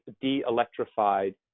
de-electrified